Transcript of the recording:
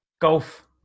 golf